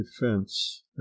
defense